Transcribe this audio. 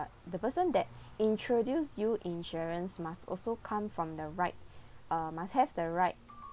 the person that introduce you insurance must also come from the right uh must have the right